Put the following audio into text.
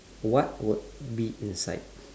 what would be inside